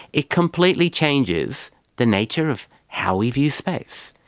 it completely changes the nature of how we view space,